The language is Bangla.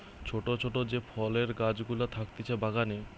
ছোট ছোট যে ফলের গাছ গুলা থাকতিছে বাগানে